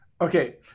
Okay